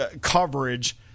coverage